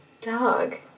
dog